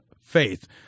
faith